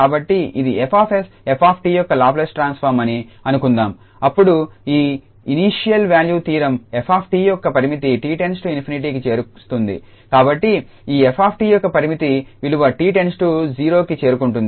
కాబట్టి ఇది F𝑠𝑓𝑡 యొక్క లాప్లేస్ ట్రాన్స్ఫార్మ్ అని అనుకుందాం అప్పుడు ఈ ఇనీషియల్ వాల్యూ థీరం 𝑓𝑡 యొక్క పరిమితిని 𝑡→ 0కి చేరుస్తుంది కాబట్టి ఈ 𝑓𝑡 యొక్క పరిమితి విలువ 𝑡→ 0కి చేరుకుంటుంది